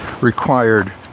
required